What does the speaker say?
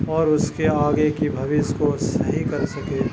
اور اُس کے آگے کی بھویش کو صحیح کر سکے